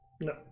No